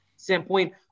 standpoint